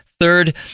Third